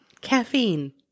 caffeine